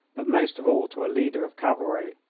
but most of all to a leader of cavalry.